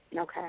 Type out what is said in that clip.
Okay